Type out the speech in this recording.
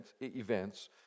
events